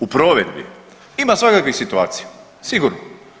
U provedbi ima svakakvih situacija sigurno.